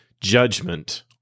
judgment